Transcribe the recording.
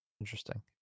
Interesting